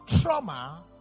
trauma